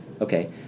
Okay